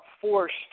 forced